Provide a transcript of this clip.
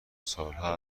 سالها